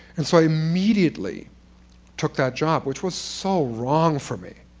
and so immediately took that job, which was so wrong for me.